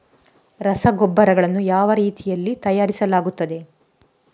ರಸಗೊಬ್ಬರಗಳನ್ನು ಯಾವ ರೀತಿಯಲ್ಲಿ ತಯಾರಿಸಲಾಗುತ್ತದೆ?